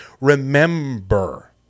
remember